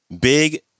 Big